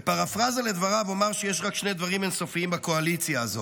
בפרפרזה לדבריו אומר שיש רק שני דברים אין-סופיים בקואליציה הזאת: